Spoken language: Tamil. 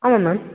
ஆமாம் மேம்